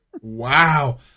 wow